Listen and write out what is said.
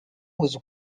was